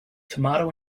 tomato